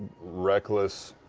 reckless,